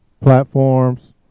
platforms